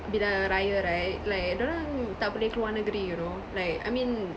bila raya right like dia orang tak boleh keluar negeri you know like I mean